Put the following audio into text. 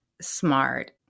smart